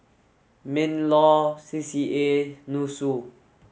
MINLAW C C A and NUSSU